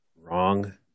wrong